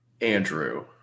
Andrew